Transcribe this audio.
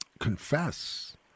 confess